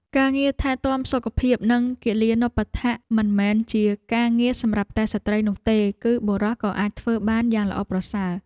ការងារថែទាំសុខភាព និងគិលានុបដ្ឋាកមិនមែនជាការងារសម្រាប់តែស្ត្រីនោះទេ គឺបុរសក៏អាចធ្វើបានយ៉ាងល្អប្រសើរ។